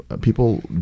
people